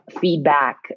feedback